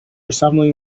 assembling